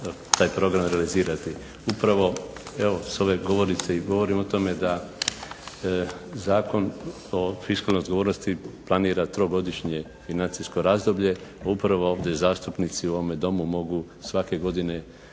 taj program realizirati. Upravo evo s ove govornice i govorim o tome da Zakon o fiskalnoj odgovornosti planira trogodišnje financijsko razdoblje, a upravo ovdje zastupnici u ovome domu mogu svake godine